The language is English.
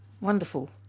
wonderful